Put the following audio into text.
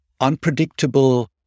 unpredictable